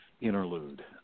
interlude